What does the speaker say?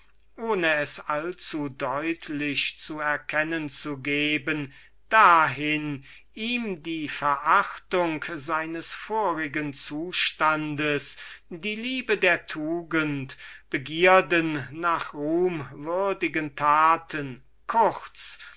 ohne es allzudeutlich zu erkennen zu geben dahin ihm die verachtung seines vorigen zustandes die liebe der tugend begierden nach ruhmwürdigen taten kurz